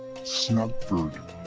snuggford.